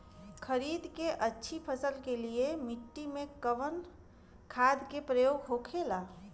खरीद के अच्छी फसल के लिए मिट्टी में कवन खाद के प्रयोग होखेला?